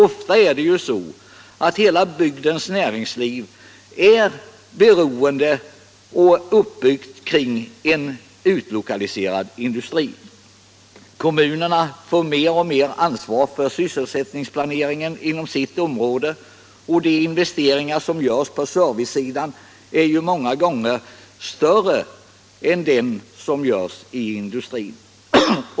Ofta är hela bygdens näringsliv beroende av och uppbyggt kring en utlokaliserad industri. Kommunerna får mer och mer ansvar för sysselsättningsplaneringen inom sitt område, och många gånger är de investeringar som görs på servicesidan större än de som görs i industrin.